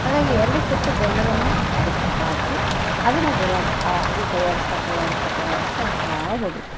ಹಾಗಾಗಿ ಎರಡು ಕಪ್ ಬೆಲ್ಲವನ್ನು ಅದಕ್ಕೆ ಹಾಕಿ ಅದನ್ನು ಗುರಾಡುತ್ತ ಹಾಗೆ ಕೈಯ್ಯಾಡಿಸ್ತಾ ಕೈಯ್ಯಾಡಿಸ್ತಾ ಕೈಯ್ಯಾಡಿಸ್ತಾ ಹೋಗ್ತಾ ಹೋಗಬೇಕು